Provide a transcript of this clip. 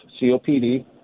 COPD